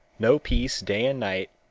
no peace day and night,